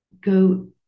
go